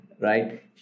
right